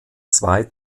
zwei